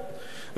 רבותי,